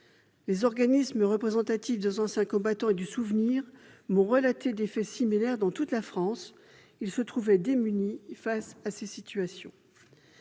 Les organismes représentatifs des anciens combattants et du souvenir m'ont relaté des faits similaires dans toute la France ; ils se trouvent démunis face à ces situations.